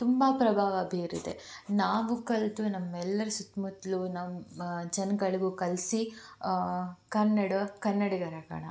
ತುಂಬ ಪ್ರಭಾವ ಬೀರಿದೆ ನಾವು ಕಲಿತು ನಮ್ಮೆಲರ ಸುತ್ತ ಮುತ್ತಲೂ ನಮ್ಮ ಜನಗಳ್ಗು ಕಲಿಸಿ ಕನ್ನಡ ಕನ್ನಡಿಗರಾಗೋಣ